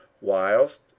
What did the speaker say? whilst